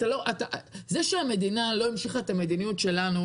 זה שהמדינה לא המשיכה את המדיניות שלנו,